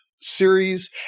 series